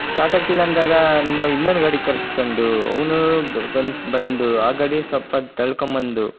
start ಆಗ್ತಿಲ್ಲ ಅಂದಾಗ ನಾವು ಇನ್ನೊಂದು ಗಾಡಿಗೆ ಕರ್ಸ್ಕೊಂಡು ಅವನು ಬಂದು ಆ ಗಾಡಿನ ಸ್ವಲ್ಪ ತಳ್ಕೊಂಬಂದು